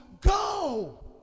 go